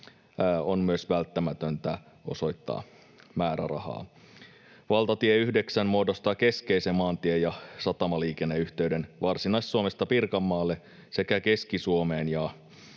on myös välttämätöntä osoittaa määrärahaa. Valtatie 9 muodostaa keskeisen maantie‑ ja satamaliikenneyhteyden Varsinais-Suomesta Pirkanmaalle sekä Keski-Suomeen,